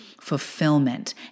fulfillment